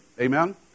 Amen